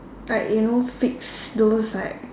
like you know fix those like